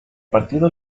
partido